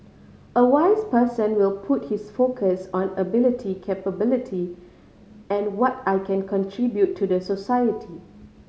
a wise person will put his focus on ability capability and what I can contribute to the society